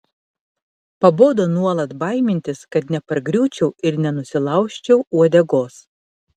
pabodo nuolat baimintis kad nepargriūčiau ir nenusilaužčiau uodegos